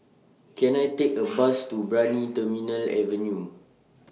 Can I Take A Bus to Brani Terminal Avenue